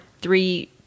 three